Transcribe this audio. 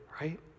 right